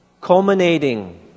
culminating